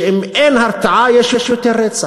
שאם אין הרתעה יש יותר רצח.